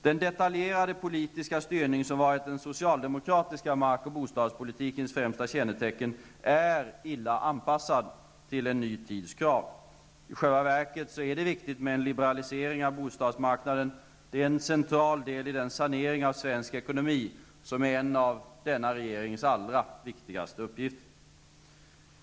Den detaljerade politiska styrning som varit den socialdemokratiska mark och bostadspolitikens främsta kännetecken är illa anpassad till en ny tids krav. I själva verket är det viktigt med en liberalisering av bostadsmarknaden. Det är en central del i den sanering av svensk ekonomi som är en av regeringens allra viktigaste uppgifter.